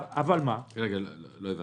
לא הבנתי.